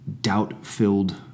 doubt-filled